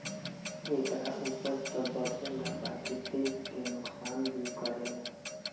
एकरा उपज त बढ़ेला बकिर देह के नुकसान भी करेला